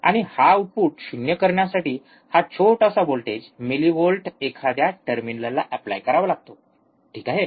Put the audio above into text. आणि हा आउटपुट शून्य करण्यासाठी हा छोटासा व्होल्टेज मीलीवोल्ट एखाद्या टर्मिनलला एप्लाय करावा लागतो ठीक आहे